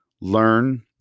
learn